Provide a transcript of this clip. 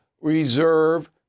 reserve